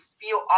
feel